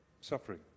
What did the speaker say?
suffering